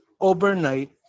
overnight